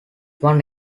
one